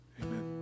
Amen